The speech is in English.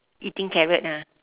eating carrot ah